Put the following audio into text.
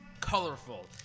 colorful